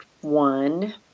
one